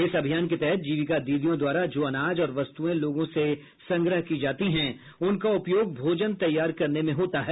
इस अभियान के तहत जीविका दीदियों द्वारा जो अनाज और वस्तुएं लोगों से संग्रह किया जाता है उनका उपयोग भोजन तैयार करने में होता है